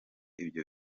ibyo